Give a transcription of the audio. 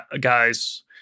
guys